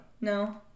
No